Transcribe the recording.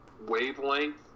wavelength